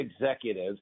executive